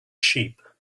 sheep